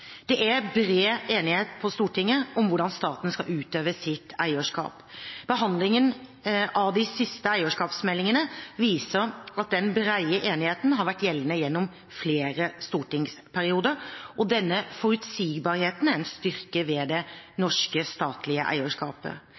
Det er bred enighet på Stortinget om hvordan staten skal utøve sitt eierskap. Behandlingen av de siste eierskapsmeldingene viser at den brede enigheten har vært gjeldende gjennom flere stortingsperioder, og denne forutsigbarheten er en styrke ved det norske statlige eierskapet.